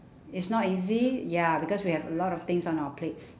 it's not easy ya because we have a lot of things on our plates